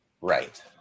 Right